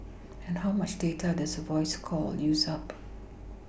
and how much data does a voice call use up